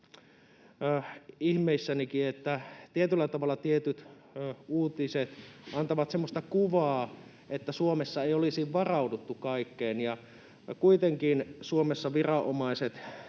ihmeissänikin, että tietyllä tavalla tietyt uutiset antavat semmoista kuvaa, että Suomessa ei olisi varauduttu kaikkeen. Kuitenkin Suomessa viranomaiset